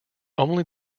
only